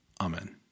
Amen